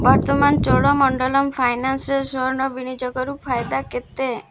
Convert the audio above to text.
ବର୍ତ୍ତମାନ ଚୋଳମଣ୍ଡଳମ୍ ଫାଇନାନ୍ସରେ ସ୍ୱର୍ଣ୍ଣ ବିନିଯୋଗରୁ ଫାଇଦା କେତେ